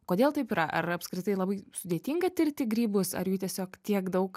kodėl taip yra ar apskritai labai sudėtinga tirti grybus ar jų tiesiog tiek daug